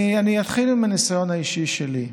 אתחיל עם הניסיון האישי שלי.